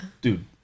Dude